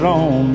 on